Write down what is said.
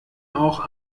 auch